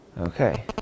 okay